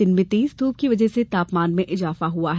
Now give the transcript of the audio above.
दिन में तेज ध्यप की वजह से तापमान में इजाफा हुआ है